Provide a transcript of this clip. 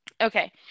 Okay